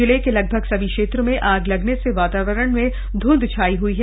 जिले के लगभग सभी क्षेत्रों में आग लगने से वातावरण में धुंध छाई हुई है